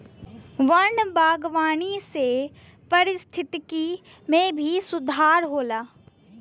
वन बागवानी से पारिस्थिकी में भी सुधार होला